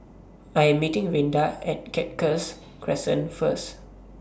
I Am meeting Rinda At Cactus Crescent First